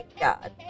God